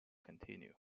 continue